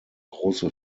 große